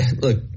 look